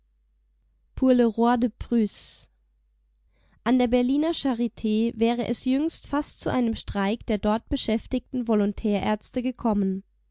an der berliner charit wäre es jüngst fast zu einem streik der dort beschäftigten volontärärzte gekommen